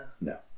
no